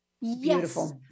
Yes